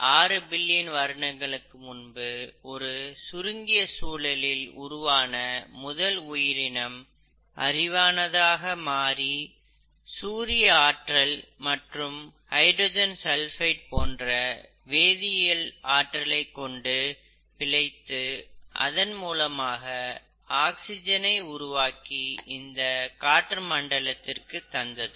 6 billion வருடங்களுக்கு முன்பு ஒரு சுருங்கிய சூழலில் உருவான முதல் உயிரினம் அறிவானதாக மாறி சூரிய ஆற்றல் மற்றும் ஹைட்ரஜன் சல்பைடு போன்ற வேதியல் ஆற்றலைக் கொண்டு பிழைத்து அதன் மூலமாக ஆக்ஸிஜனை உருவாக்கி இந்த காற்று மண்டலத்திற்கு தந்தது